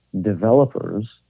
developers